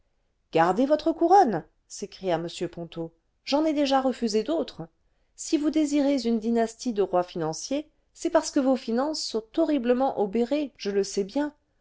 gardez votre couronne s'écria m ponto j'en ai déjà refusé d'autres si vous désirez une dynastie de rois financiers c'est parce que vos finances sont horriblement obérées je le sais très bien